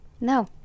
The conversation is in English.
No